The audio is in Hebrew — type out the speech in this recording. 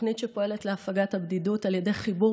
תוכנית שפועלת להפגת הבדידות על ידי חיבור